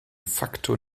facto